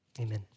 Amen